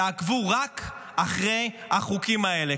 תעקבו רק אחרי החוקים האלה,